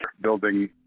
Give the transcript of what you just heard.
building